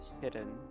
hidden